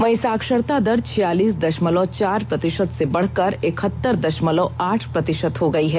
वहीं साक्षरता दर छियालीस दषमलव चार प्रतिषत से बढ़कर इकहतर दषमलव आठ प्रतिषत हो गयी है